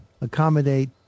accommodate